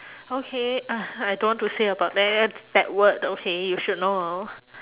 okay I don't want to say about that bad word okay you should know